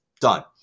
Done